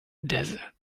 desert